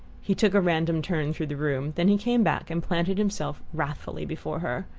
he took a random turn through the room then he came back and planted himself wrathfully before her.